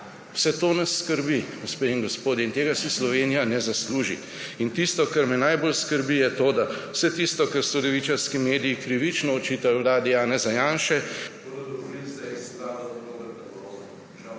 Vse to nas skrbi, gospe in gospodje. Tega si Slovenija ne zasluži. In tisto, kar me najbolj skrbi, je to, da vse tisto, kar so levičarski mediji krivično očitali vladi Janeza Janše